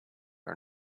are